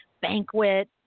banquet